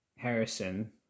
Harrison